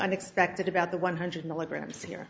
unexpected about the one hundred milligrams